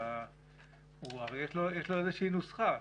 הרי יש לו איזושהי נוסחה,